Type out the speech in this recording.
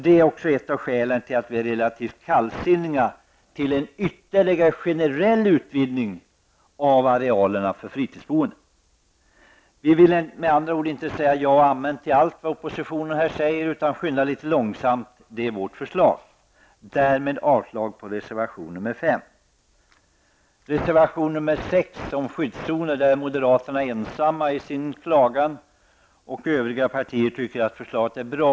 Det är också ett av skälen till att vi är relativt kallsinniga till en ytterligare generell utvidgning av arealerna för fritidsboende. Vi vill med andra ord inte säga ja och amen till att vad oppositionen här säger, utan vi vill skynda litet långsamt. Det är vårt förslag. Jag yrkar därmed avslag på reservation nr I reservation nr 6 om skyddszoner är moderaterna ensamma i sin klagan. Övriga partier anser att förslaget är bra.